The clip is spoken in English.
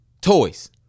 toys